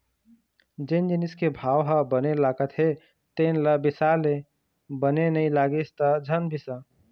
जेन जिनिस के भाव ह बने लागत हे तेन ल बिसा ले, बने नइ लागिस त झन बिसा